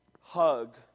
Hug